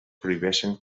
prohibeixen